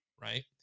right